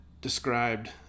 described